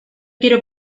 quiero